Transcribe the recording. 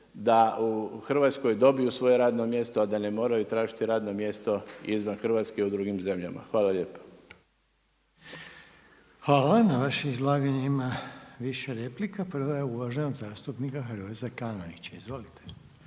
da u Hrvatskoj dobiju svoje radno mjesto a da ne moraju tražiti radno mjesto izvan Hrvatske u drugim zemljama. Hvala lijepo. **Reiner, Željko (HDZ)** Hvala. Na vaše izlaganje ima više replika. Prva je uvaženog zastupnika Hrvoja Zekanovića, izvolite.